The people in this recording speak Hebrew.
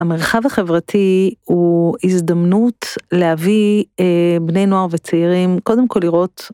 המרחב החברתי הוא הזדמנות להביא בני נוער וצעירים קודם כל לראות